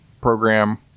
program